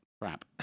crap